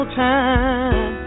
time